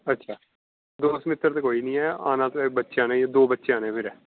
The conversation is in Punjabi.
ਅੱਛਾ ਦੋਸਤ ਮਿੱਤਰ ਤਾਂ ਕੋਈ ਨਹੀਂ ਹੈ ਆਉਣਾ ਤਾਂ ਬੱਚਿਆਂ ਨੇ ਦੋ ਬੱਚਿਆਂ ਨੇ ਵੀਰ